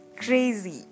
crazy